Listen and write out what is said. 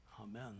Amen